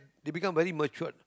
they become very matured